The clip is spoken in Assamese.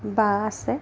বা আছে